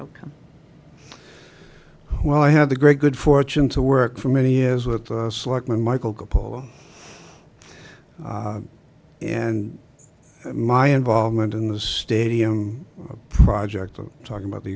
outcome while i had the great good fortune to work for many years with the selectmen michael cupola and my involvement in the stadium project i'm talking about the